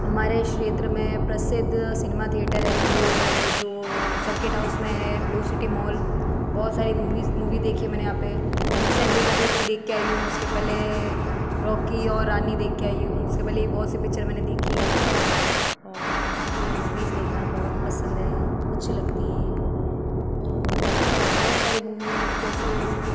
हमारे क्षेत्र में प्रसिद्ध सिनेमा थिएटर है ये जो सर्किट हाउस में है ब्लू सिटी मोल बहुत सारी मूवीज़ मूवी देखी है मैंने यहाँ पर रिसेंटली गदर टू देख के आई हूँ उसके पहले रॉकी और रानी देख के आई हूँ उसके पहले भी बहुत सी पिक्चर मैंने देखी हैं और मुझे मूवीज़ देखना बहुत पसंद है अच्छी लगती है और बहुत सारी मूवीज़ जैसे